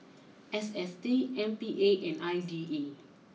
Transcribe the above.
S S T M P A and I D A